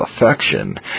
affection